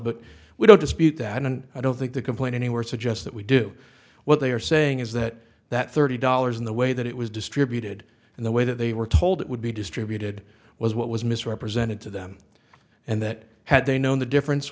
but we don't dispute that and i don't think the complaint anywhere suggests that we do what they are saying is that that thirty dollars in the way that it was distributed and the way that they were told it would be distributed was what was misrepresented to them and that had they known the difference